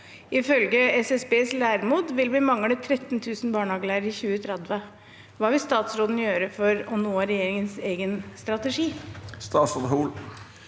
Ifølge SSBs LÆRERMOD vil vi mangle 13 000 barnehagelærere i 2030. Hva vil statsråden gjøre for å nå regjeringens egen